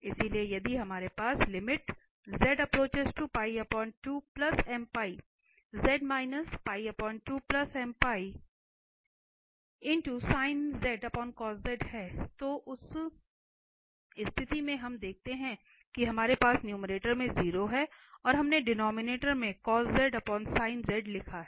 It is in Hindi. इसलिए यदि हमारे पास है तो उस स्थिति में हम क्या देखते हैं कि हमारे पास नुमेरटर में 0 है और हमने डिनोमिनेटर में लिखा है